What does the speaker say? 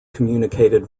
communicated